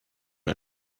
are